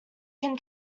can